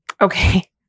Okay